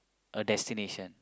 a destination